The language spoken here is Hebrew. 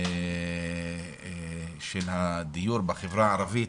של הדיור בחברה הערבית,